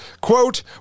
Quote